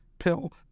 Pill